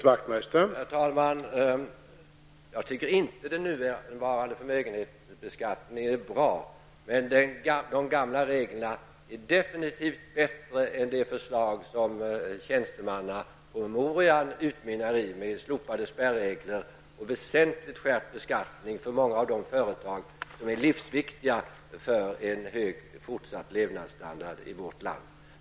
Herr talman! Jag anser inte att den nuvarande förmögenhetsbeskattningen är bra. De gamla reglerna är dock definitivt bättre än de som tjänstemannapromemorian utmynnar i med slopade spärregler och väsentligt skärpt beskattning för många av de företag som är livsviktiga för en fortsatt hög levnadsstandard i vårt land.